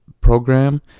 program